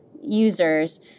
users